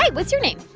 but what's your name?